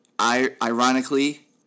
ironically